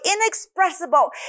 inexpressible